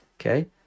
okay